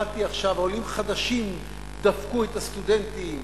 שמעתי עכשיו: עולים חדשים דפקו את הסטודנטים.